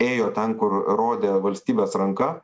ėjo ten kur rodė valstybės ranka